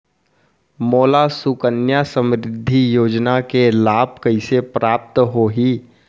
मोला सुकन्या समृद्धि योजना के लाभ कइसे प्राप्त होही?